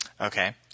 Okay